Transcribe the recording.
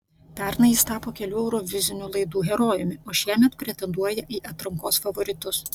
pernai jis tapo kelių eurovizinių laidų herojumi o šiemet pretenduoja į atrankos favoritus